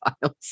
files